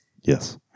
Yes